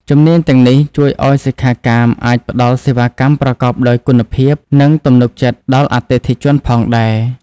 ជំនាញទាំងនេះជួយឱ្យសិក្ខាកាមអាចផ្តល់សេវាកម្មប្រកបដោយគុណភាព និងទំនុកចិត្តដល់អតិថិជនផងដែរ។